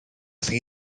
ddi